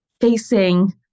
facing